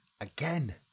Again